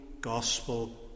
gospel